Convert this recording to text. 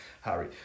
Harry